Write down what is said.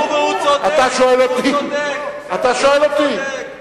אתה שואל אותי.